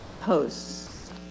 posts